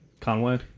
Conway